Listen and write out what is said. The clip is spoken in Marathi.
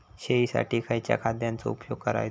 शेळीसाठी खयच्या खाद्यांचो उपयोग करायचो?